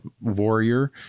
warrior